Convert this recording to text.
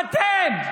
אתם.